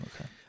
Okay